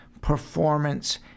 Performance